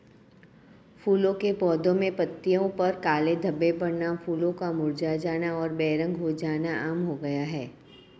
फूलों के पौधे में पत्तियों पर काले धब्बे पड़ना, फूलों का मुरझा जाना और बेरंग हो जाना आम हो गया है